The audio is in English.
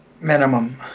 Minimum